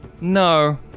No